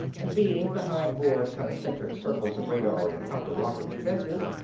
and, being behind more concentric circles of radar and counter-rocket defenses,